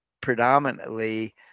predominantly